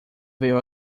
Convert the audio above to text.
veio